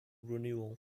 renewal